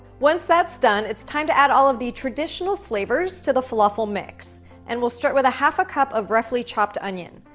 once that's done it's time to add all of the traditional flavors to the falafel mix and we'll start with a half a cup of roughly chopped onion.